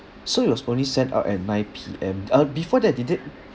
so it was only sent out at nine P_M uh before that did they